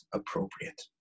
appropriate